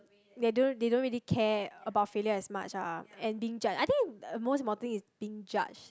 they don't they don't really care about failure as much ah and being judged I think most important thing is being judged